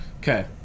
okay